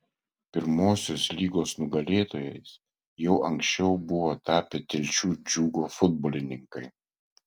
pirmosios lygos nugalėtojais jau anksčiau buvo tapę telšių džiugo futbolininkai